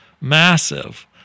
massive